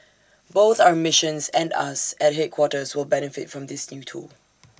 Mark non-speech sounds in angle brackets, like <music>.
both our missions and us at headquarters will benefit from this new tool <noise>